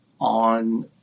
on